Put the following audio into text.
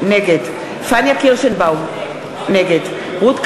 נגד פניה קירשנבאום, נגד רות קלדרון,